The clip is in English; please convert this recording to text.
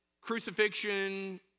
crucifixion